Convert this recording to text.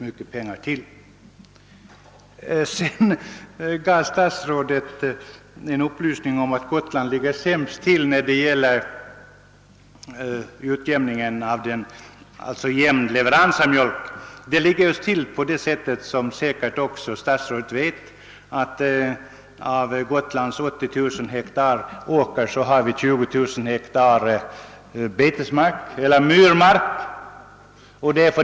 Sedan gav statsrådet en upplysning om att Gotland ligger sämst till när det gäller utjämning av mjölkleveranser. Såsom statsrådet säkert också vet förhåller det sig på det sättet att av Gotlands 80 000 hektar åker utgörs 20 000 hektar av myrmark.